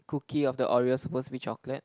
cookie of the Oreo supposed to be chocolate